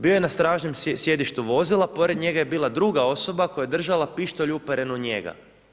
Bio je na stražnjem sjedištu vozila, pored njega je bila druga osoba koja je držala pištolj uperen u njega.